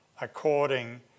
according